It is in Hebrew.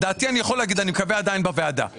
אני מקווה שאני עוד יכול להגיד בוועדה את דעתי.